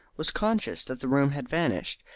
was conscious that the room had vanished,